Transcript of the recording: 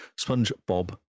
SpongeBob